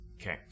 Okay